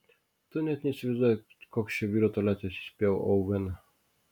tu neįsivaizduoji koks čia vyrų tualetas įspėjau oveną